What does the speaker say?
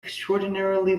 extraordinarily